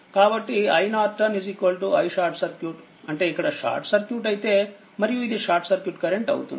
కాబట్టిiNiSC అంటే ఇక్కడ short circuit అయితే మరియు ఇది షార్ట్ సర్క్యూట్ కరెంట్ అవుతుంది